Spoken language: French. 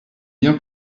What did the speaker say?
bien